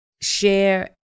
share